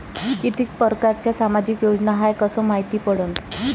कितीक परकारच्या सामाजिक योजना हाय कस मायती पडन?